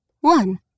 one